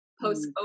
post